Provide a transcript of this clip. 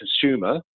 consumer